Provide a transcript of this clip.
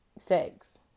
Sex